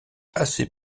assez